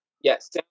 Yes